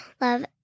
love